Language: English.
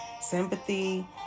sympathy